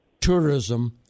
tourism